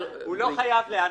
הוא לא חייב להיענות.